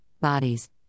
bodies